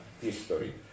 history